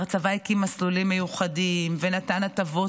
הצבא הקים מסלולים מיוחדים ונתן הטבות